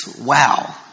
wow